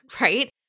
right